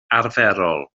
arferol